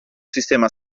sistema